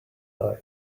eye